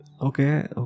Okay